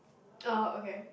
orh okay